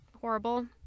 horrible